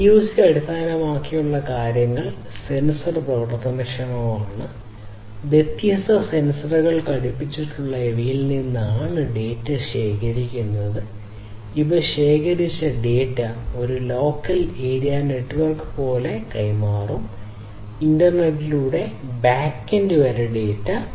IoT അടിസ്ഥാനമാക്കിയുള്ള കാര്യങ്ങൾ sensor പ്രവർത്തനക്ഷമമാണ് വ്യത്യസ്ത സെൻസറുകൾ ഘടിപ്പിച്ചിട്ടുള്ള ഇവയിൽ നിന്നാണ് ഈ ഡാറ്റ ശേഖരിക്കുന്നത് ഇവ ശേഖരിച്ച ഡാറ്റ ഒരു ലോക്കൽ ഏരിയ നെറ്റ്വർക്ക് പോലുള്ളവയിലൂടെ കൈമാറും ഇൻറർനെറ്റിലൂടെ ബാക്ക് എൻഡ് വരെ ഡാറ്റ